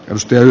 rusty